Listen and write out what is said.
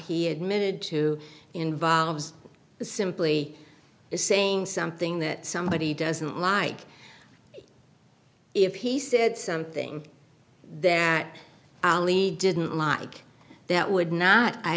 he admitted to involves simply saying something that somebody doesn't like if he said something that didn't like that would not i